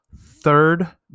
Third